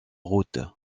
route